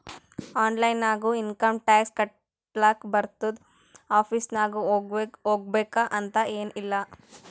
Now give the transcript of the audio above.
online ನಾಗು income tax ಕಟ್ಲಾಕ್ ಬರ್ತುದ್ ಆಫೀಸ್ಗ ಹೋಗ್ಬೇಕ್ ಅಂತ್ ಎನ್ ಇಲ್ಲ